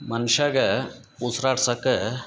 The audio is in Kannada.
ಮನುಷ್ಯಾಗ ಉಸಿರಾಡ್ಸಕ್ಕ